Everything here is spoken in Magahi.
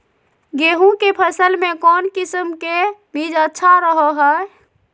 गेहूँ के फसल में कौन किसम के बीज अच्छा रहो हय?